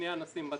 לשנייה נשים בצד.